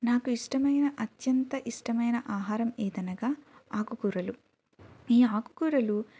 నాకు ఇష్టమైన అత్యంత ఇష్టమైన ఆహారం ఏదనగా ఆకుకూరలు ఈ ఆకుకూరలు